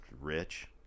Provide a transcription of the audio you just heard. rich